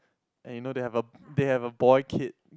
and you know they have a they have a boy kid